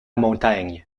montagne